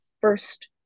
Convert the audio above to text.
first